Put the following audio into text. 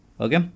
Okay